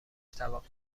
توقف